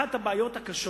אחת הבעיות הקשות